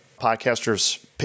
podcasters –